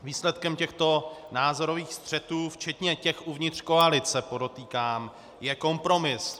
Výsledkem těchto názorových střetů, včetně těch uvnitř koalice, podotýkám, je kompromis.